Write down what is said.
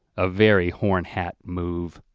a very hornhat move.